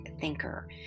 thinker